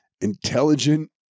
intelligent